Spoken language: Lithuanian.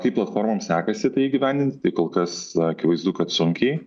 kaip platformoms sekasi tai įgyvendinti tai kol kas akivaizdu kad sunkiai